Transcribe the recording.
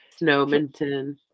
Snowminton